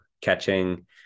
catching